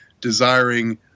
desiring